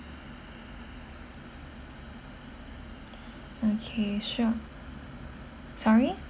okay sure sorry